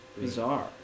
bizarre